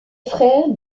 frère